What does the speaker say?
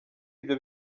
ibyo